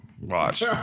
Watch